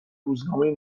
روزنامه